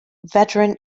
veteran